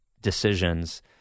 decisions